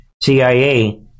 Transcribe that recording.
CIA